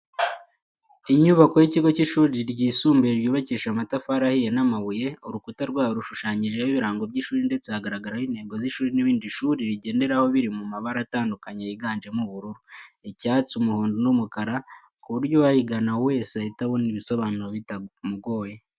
Inyubako y'ikigo cy'ishuri ryisumbuye ryubakishije amatafari ahiye n'amabuye, urukuta rwayo rushushanyijeho ibirango by'ishuri ndetse hagaragaraho intego z'ishuri n'ibindi ishuri rigenderaho biri mu mabara atandukanye yiganjemo ubururu, icyatsi, umuhondo n'umukara, ku buryo uwarigana wese ahita abona ibisobanuro bitamugoye.